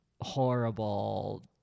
horrible